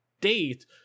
date